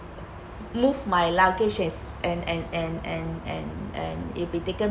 move my luggage as and and and and and and it will be taken